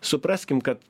supraskim kad